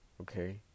okay